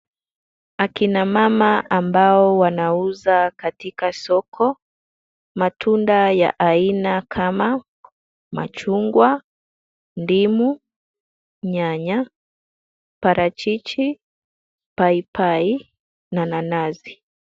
Akina mama ambao wanauza katika soko matunda ya aina kama machungwa, ndimu, nyanya ,parachichi, paipai na nanasi.